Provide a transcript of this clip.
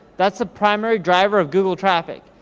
that's the primary driver of google traffic.